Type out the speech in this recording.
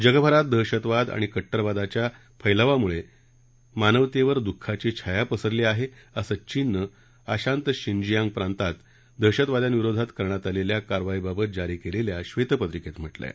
जगभरात दहशतवाद आणि कट्टरतावादाच्या फैलावामुळे मानवतेवर दुःखाची छाया पसरली आहे असं चीननं अशांत शिनजियांग प्रांतात दहशतवाद्यांविरोधात करण्यात आलेल्या कारवाईबाबत जारी केलेल्या ब्वेतपत्रिकेत म्हटलं आहे